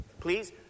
Please